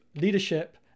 leadership